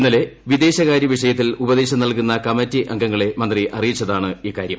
ഇന്നലെ വിദേശകാര്യ വിഷയങ്ങളിൽ ഉപദേശം നൽകുന്ന കമ്മറ്റി അംഗങ്ങളെ മന്ത്രി അറിയിച്ചതാണ് ഇക്കാര്യം